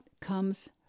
comes